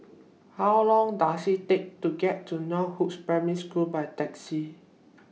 How Long Does IT Take to get to Northoaks Primary School By Taxi